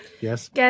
Yes